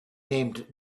named